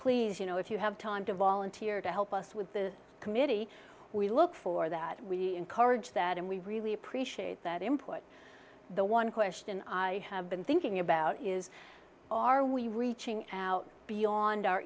please you know if you have time to volunteer to help us with the committee we look for that and we encourage that and we really appreciate that import the one question i have been thinking about is are we reaching out beyond our